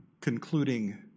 concluding